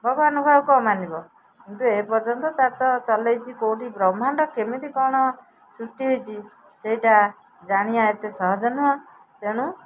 ଭଗବାନଙ୍କୁ ଆଉ କ'ଣ ମାନିବ କିନ୍ତୁ ଏ ପର୍ଯ୍ୟନ୍ତ ତା'ର ତ ଚଲେଇଛି କେଉଁଠି ବ୍ରହ୍ମାଣ୍ଡ କେମିତି କ'ଣ ସୃଷ୍ଟି ହେଇଛି ସେଇଟା ଜାଣିବା ଏତେ ସହଜ ନୁହଁ ତେଣୁ